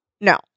No